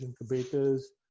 incubators